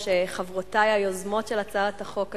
חברותי היוזמות של הצעת החוק הזאת,